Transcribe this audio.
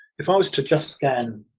if i was to just scan.